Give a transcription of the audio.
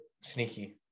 sneaky